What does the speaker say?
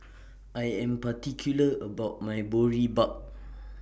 I Am particular about My Boribap